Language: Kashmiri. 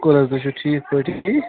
شُکُر حظ تُہۍ چھِو ٹھیٖک پٲٹھی